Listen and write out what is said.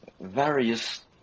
various